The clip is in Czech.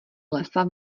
lesa